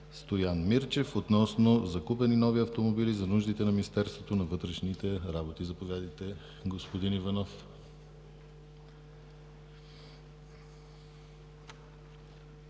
Стоян Мирчев относно закупени нови автомобили за нуждите на Министерството на вътрешните работи. Заповядайте, господин Иванов.